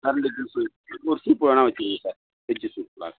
கரும்பு ஜூஸ்ஸு ஒரு சூப் வேணால் வச்சுருங்க சார் வெஜ்ஜு சூப்பில்